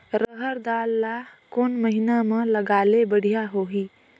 रहर दाल ला कोन महीना म लगाले बढ़िया होही?